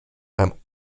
beim